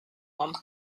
one